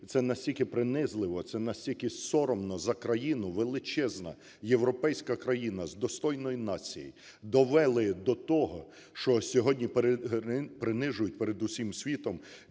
це настільки принизливо, це настільки соромно за країну, величезна європейська країна з достойною нацією, довели до того, що сьогодні принижують перед усім світом,